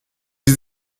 sie